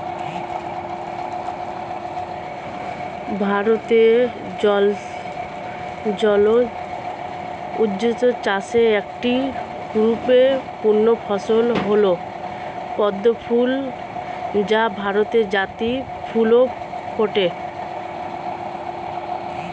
ভারতে জলজ উদ্ভিদ চাষের একটি গুরুত্বপূর্ণ ফসল হল পদ্ম ফুল যা ভারতের জাতীয় ফুলও বটে